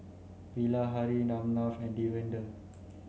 Bilahari Ramnath and Davinder